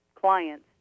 clients